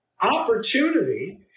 opportunity